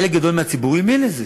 חלק גדול מהציבור האמין לזה,